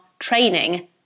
training